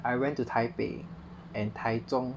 I went to taipei and taichung